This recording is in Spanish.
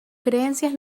creencias